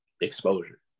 exposure